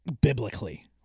biblically